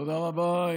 תודה רבה,